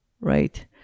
right